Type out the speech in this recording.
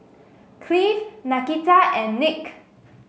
Cleve Nakita and Nick